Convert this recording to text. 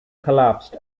collapsed